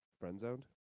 friend-zoned